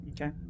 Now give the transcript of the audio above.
Okay